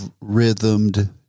rhythmed